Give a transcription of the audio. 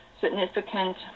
significant